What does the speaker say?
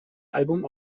album